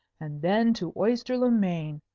and then to oyster-le-main!